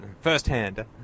firsthand